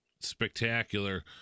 spectacular